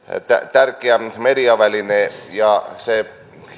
tärkeä mediaväline se